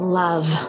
love